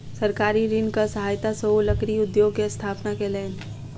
सरकारी ऋणक सहायता सॅ ओ लकड़ी उद्योग के स्थापना कयलैन